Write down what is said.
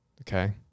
Okay